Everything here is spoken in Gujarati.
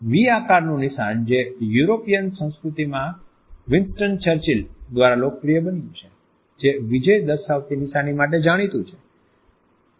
V આકારનું નિશાન જે યુરોપિયન સંસ્કૃતિમાં વિન્સ્ટન ચર્ચિલ દ્વારા લોકપ્રિય બન્યું છે તે વિજય દર્શાવતી નિશાની માટે જાણીતું છે